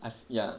f~ ya